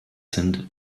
sind